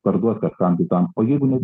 parduos kažkam kitam o jeigu net